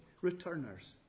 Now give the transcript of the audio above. returners